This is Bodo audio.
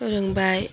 रोंबाय